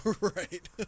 Right